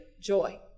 joy